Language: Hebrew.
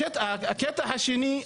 הקטע השני,